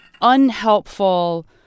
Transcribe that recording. unhelpful